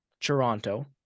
Toronto